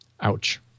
Ouch